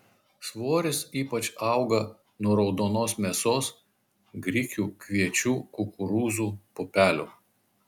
svoris ypač auga nuo raudonos mėsos grikių kviečių kukurūzų pupelių